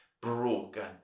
broken